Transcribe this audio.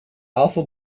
alpha